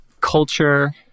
culture